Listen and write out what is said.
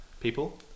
People